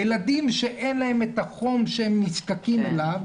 ילדים שאין להם את החום שהם נזקקים לו,